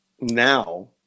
now